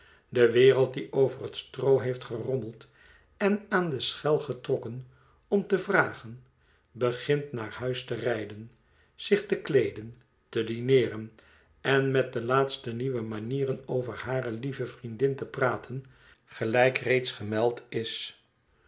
de wereld die over het stroo heeft gerommeld en aan de schel getrokken om te vragen begint naar huis te rijden zich te kleeden te dineeren en met de laatste nieuwe manieren over hare lieve vriendin te praten gelijk reeds gemeld is